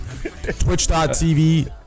Twitch.tv